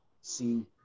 See